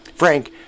Frank